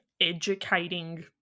educating